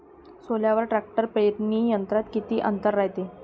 सोल्यासाठी ट्रॅक्टर पेरणी यंत्रात किती अंतर रायते?